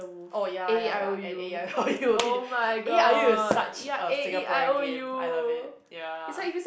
oh ya ya ya and A E I O U is such a Singaporean game I love it ya